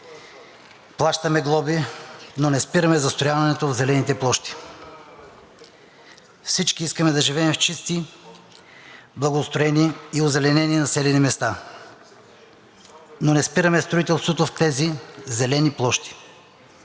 плащаме глоби, но не спираме застрояването в зелените площи. Всички искаме да живеем в чисти, благоустроени и озеленени населени места, но не спираме строителството в тези зелени площи.